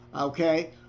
Okay